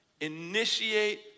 Initiate